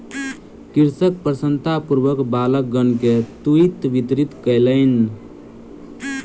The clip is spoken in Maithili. कृषक प्रसन्नतापूर्वक बालकगण के तूईत वितरित कयलैन